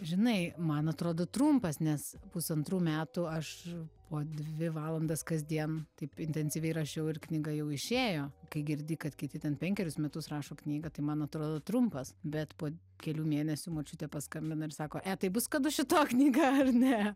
žinai man atrodo trumpas nes pusantrų metų aš po dvi valandas kasdien taip intensyviai rašiau ir knyga jau išėjo kai girdi kad kiti ten penkerius metus rašo knygą tai man atrodo trumpas bet po kelių mėnesių močiutė paskambina ir sako e tai bus kada čia tavo knyga ar ne